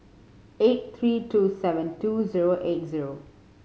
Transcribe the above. eight three two seven two zero eight zero